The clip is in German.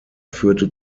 führte